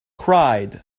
cried